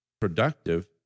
productive